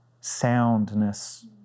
soundness